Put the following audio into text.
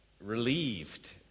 relieved